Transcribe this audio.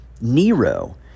Nero